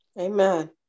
Amen